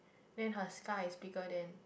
then her scar is bigger than